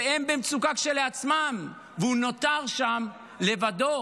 והם במצוקה כשלעצמם, והוא נותר שם לבדו.